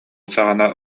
саҕана